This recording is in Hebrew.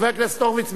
חבר הכנסת הורוביץ,